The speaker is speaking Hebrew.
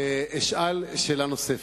ואשאל שאלה נוספת.